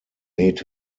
made